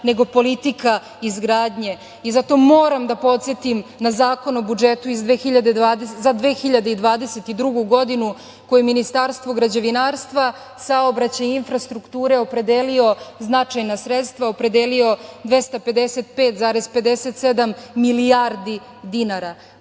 nego politika izgradnje. Zato moram da podsetim na Zakon o budžetu za 2022. godinu, koji je Ministarstvu građevinarstva, saobraćaja i infrastrukture opredelio značajna sredstva, opredelio 255,57 milijardi dinara. To